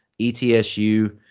ETSU